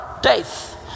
death